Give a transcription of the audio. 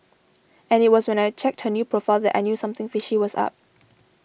and it was when I checked her new profile that I knew something fishy was up